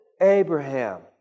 Abraham